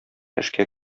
эшкә